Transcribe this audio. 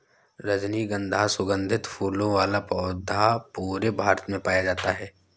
रजनीगन्धा सुगन्धित फूलों वाला पौधा पूरे भारत में पाया जाता है